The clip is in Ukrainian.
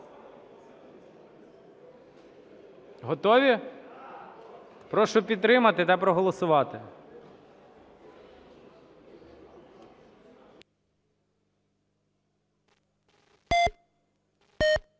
Готові? Прошу підтримати та проголосувати.